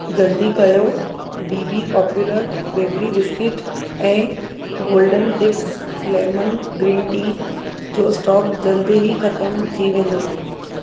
जल्दी कयो बी बी पॉप्युलर बेकरी बिस्किट ऐं golden dips lemon green tea जो स्टॉक जल्द ई ख़तम थी वेंदो